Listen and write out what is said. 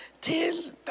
tens